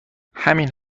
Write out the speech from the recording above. همین